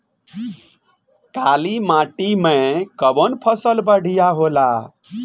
काली माटी मै कवन फसल बढ़िया होला?